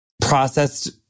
processed